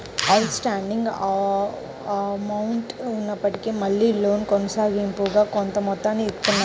out standing amount ఉన్నప్పటికీ మళ్ళీ loan కొనసాగింపుగా కొంత మొత్తాన్ని ఇత్తన్నారు